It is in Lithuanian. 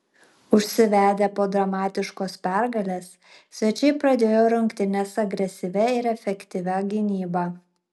užsivedę po dramatiškos pergalės svečiai pradėjo rungtynes agresyvia ir efektyvia gynyba